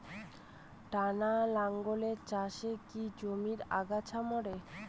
টানা লাঙ্গলের চাষে কি জমির আগাছা মরে?